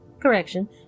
correction